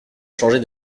changer